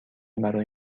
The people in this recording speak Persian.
برای